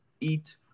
eat